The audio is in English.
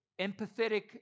empathetic